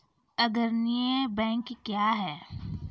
अग्रणी बैंक क्या हैं?